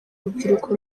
rubyiruko